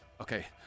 Okay